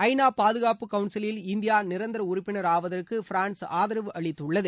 ஐநா பாதுகாப்பு கவுன்சிலில் இந்தியா நிரந்தர உறுப்பினர் ஆவதற்கு பிரான்ஸ் ஆதரவு அளித்துள்ளது